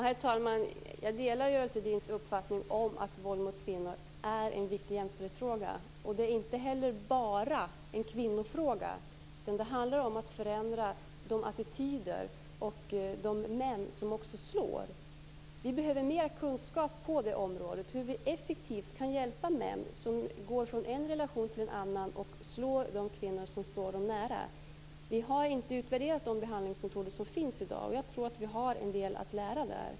Herr talman! Jag delar Görel Thurdins uppfattning om att våld mot kvinnor är en viktig jämställdhetsfråga. Det är inte heller bara en kvinnofråga, utan det handlar om att förändra de attityder och de män som slår. Vi behöver mer kunskap på området om hur vi effektivt kan hjälpa män som går från en relation till en annan och slår de kvinnor som står dem nära. Vi har inte utvärderat de behandlingsmetoder som finns i dag, och jag tror att vi har en del att lära där.